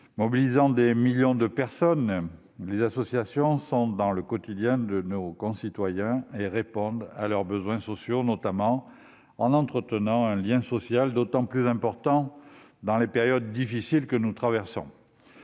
Mobilisant des millions de personnes, les associations font partie du quotidien de nos concitoyens et répondent à leurs besoins sociaux, notamment en entretenant un lien social, d'autant plus important dans les périodes difficiles que nous traversons.